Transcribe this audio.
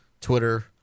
Twitter